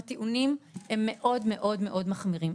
הטיעונים הם מאוד מאוד מחמירים.